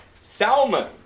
Salmon